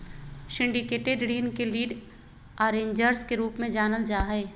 syndicated ऋण के lead arrangers के रूप में जानल जा हई